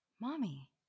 Mommy